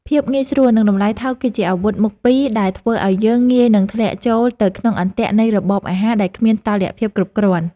ភាពងាយស្រួល និងតម្លៃថោកគឺជាអាវុធមុខពីរដែលធ្វើឲ្យយើងងាយនឹងធ្លាក់ចូលទៅក្នុងអន្ទាក់នៃរបបអាហារដែលគ្មានតុល្យភាពគ្រប់គ្រាន់។